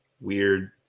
weird